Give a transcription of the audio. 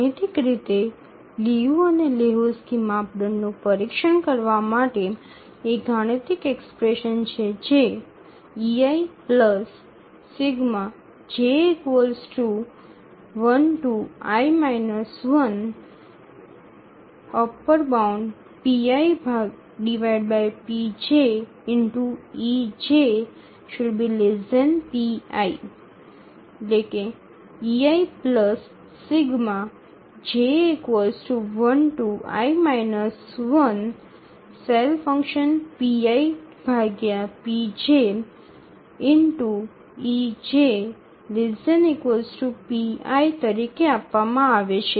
ગાણિતિક રીતે લિયુ અને લેહોક્ઝ્કી માપદંડનું પરીક્ષણ કરવા માટે એ ગાણિતિક એક્સપ્રેશન છે જે ei ⌈ ⌉∗ej ≤ pi ei ⌈ ⌉∗ej ≤ pi તરીકે આપવામાં આવે છે